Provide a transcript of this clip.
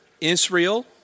Israel